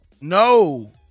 No